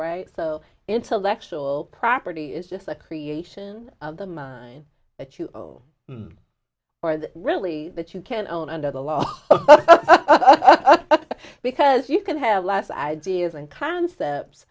right so intellectual property is just a creation of the mind that you know or that really that you can own under the law because you can have less ideas and concepts